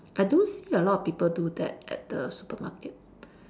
I do see a lot of people do that at the supermarket